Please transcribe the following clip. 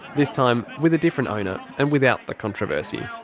this time with a different owner. and without the controversy.